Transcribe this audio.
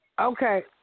Okay